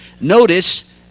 Notice